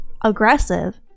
aggressive